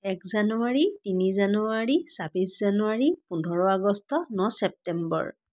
এক জানুৱাৰী তিনি জানুৱাৰী চাব্বিছ জানুৱাৰী পোন্ধৰ আগষ্ট ন ছেপ্তেম্বৰ